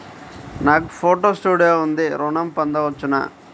నాకు photo studio ఉంది ఋణం పొంద వచ్చునా?